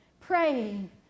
praying